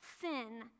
sin